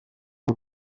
del